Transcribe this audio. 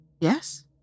Yes